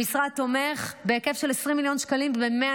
המשרד תומך בהיקף של 20 מיליון שקלים ב-120